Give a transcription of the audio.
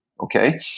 Okay